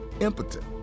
impotent